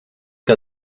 que